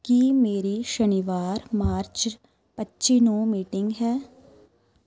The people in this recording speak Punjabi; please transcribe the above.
ਕੀ ਮੇਰੀ ਸ਼ਨੀਵਾਰ ਮਾਰਚ ਪੱਚੀ ਨੂੰ ਮੀਟਿੰਗ ਹੈ